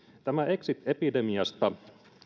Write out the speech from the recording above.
exit epidemiasta